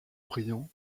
brillant